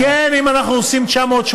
כן, אם אנחנו עושים 980,